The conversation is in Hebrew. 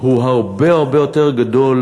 הוא הרבה הרבה יותר גדול